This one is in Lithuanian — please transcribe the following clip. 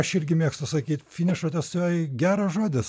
aš irgi mėgstu sakyt finišo tiesiojoj geras žodis